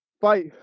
fight